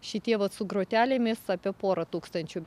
šitie vat su grotelėmis apie porą tūkstančių